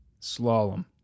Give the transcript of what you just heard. Slalom